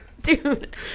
dude